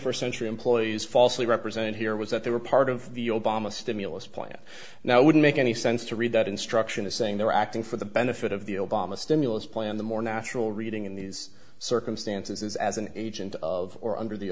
first century employees falsely represented here was that they were part of the obama stimulus plan now wouldn't make any sense to read that instruction is saying they're acting for the benefit of the obama stimulus plan the more natural reading in these circumstances is as an agent of or under the